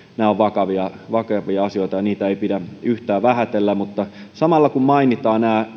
nämä ovat vakavia asioita ja niitä ei pidä yhtään vähätellä mutta samalla kun mainitaan